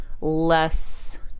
less